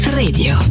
radio